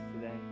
today